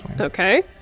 Okay